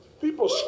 people